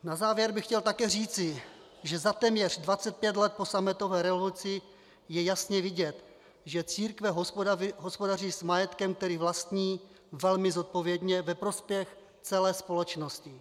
Na závěr bych chtěl také říci, že za téměř 25 let po sametové revoluci je jasně vidět, že církve hospodaří s majetkem, který vlastní, velmi zodpovědně, ve prospěch celé společnosti.